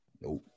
nope